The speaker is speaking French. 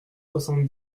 soixante